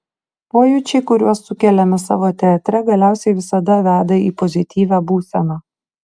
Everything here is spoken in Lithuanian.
pojūčiai kuriuos sukeliame savo teatre galiausiai visada veda į pozityvią būseną